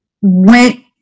went